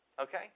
Okay